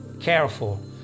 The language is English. careful